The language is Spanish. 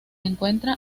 encuentra